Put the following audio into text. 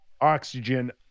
oxygen